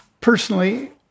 Personally